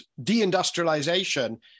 deindustrialization